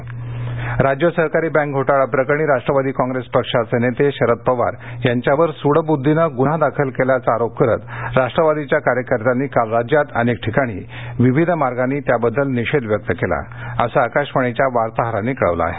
राष्टवादी निदर्शन राज्य सहकारी बँक घोटाळा प्रकरणी राष्ट्रवादी काँग्रिसचे पक्षाचे नेते शरद पवार यांच्यावर सूंडवुद्धीने गुन्हा दाखल केल्याचा आरोप करत राष्ट्रवादीच्या कार्यकर्त्यांनी काल राज्यात अनेक ठिकाणी विविध मार्गांनी त्याबद्दल निषेध व्यक्त केला असं आकाशवाणीच्या वार्तांहरांनी कळवलं आहे